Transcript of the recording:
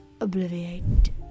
Obliviate